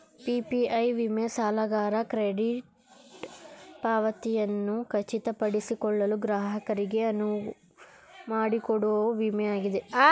PPI ವಿಮೆ ಸಾಲಗಾರ credit ಪಾವತಿಯನ್ನ ಖಚಿತಪಡಿಸಿಕೊಳ್ಳಲು ಗ್ರಾಹಕರಿಗೆ ಅನುವುಮಾಡಿಕೊಡೊ ವಿಮೆ ಆಗಿದೆ